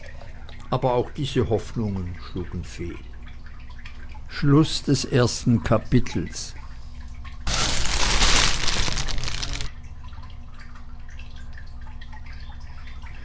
aber auch diese hoffnungen schlugen fehl zweites kapitel